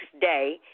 day